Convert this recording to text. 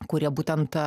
kurie būtent